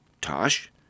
Tosh